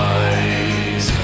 eyes